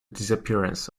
disappearance